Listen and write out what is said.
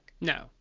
No